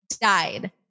died